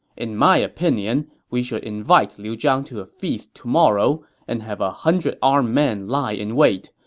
in my opinion, we should invite liu zhang to a feast tomorrow and have a hundred armed men lie in wait.